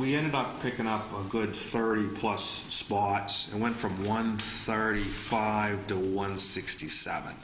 we ended up picking up a good thirty plus spot and went from one thirty five to one sixty seven